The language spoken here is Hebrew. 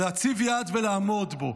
להציב יעד ולעמוד בו.